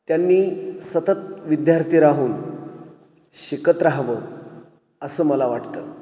त्यांनी सतत विद्यार्थी राहून शिकत रहावं असं मला वाटतं